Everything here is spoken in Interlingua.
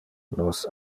nos